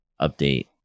update